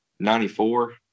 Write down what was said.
94